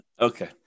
Okay